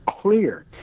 clear